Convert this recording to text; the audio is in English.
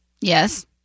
Yes